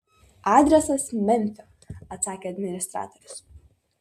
adresas memfio atsakė administratorius